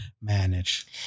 manage